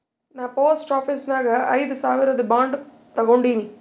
ನಾ post office ನಾಗ್ ಐಯ್ದ ಸಾವಿರ್ದು ಬಾಂಡ್ ತಗೊಂಡಿನಿ